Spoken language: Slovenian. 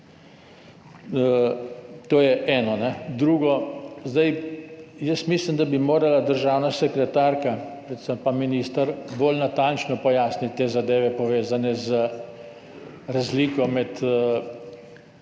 To je eno. Drugo, jaz mislim, da bi morala državna sekretarka, predvsem pa minister, bolj natančno pojasniti te zadeve, povezane z razliko med